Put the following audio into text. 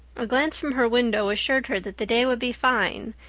a glance from her window assured her that the day would be fine,